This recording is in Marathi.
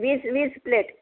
वीस वीस प्लेट